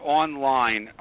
online